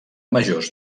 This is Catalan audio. majors